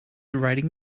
writing